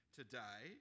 today